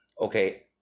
okay